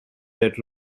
that